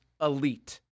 elite